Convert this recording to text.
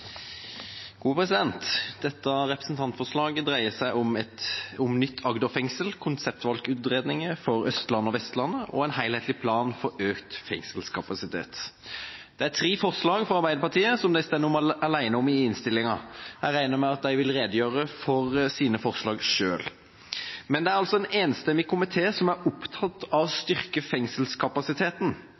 Dette representantforslaget dreier seg om nytt Agder fengsel, konseptvalgutredninger for Østlandet og Vestlandet og en helhetlig plan for økt fengselskapasitet. Det er tre forslag fra Arbeiderpartiet, som de står alene om i innstillinga. Jeg regner med de vil redegjøre for sine forslag selv. Det er altså en enstemmig komité som er opptatt av å styrke fengselskapasiteten.